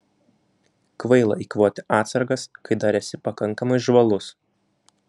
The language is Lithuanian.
kvaila eikvoti atsargas kai dar esi pakankamai žvalus